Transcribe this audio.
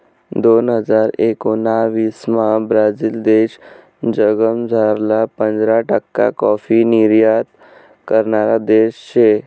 दोन हजार एकोणाविसमा ब्राझील देश जगमझारला पंधरा टक्का काॅफी निर्यात करणारा देश शे